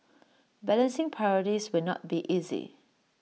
balancing priorities will not be easy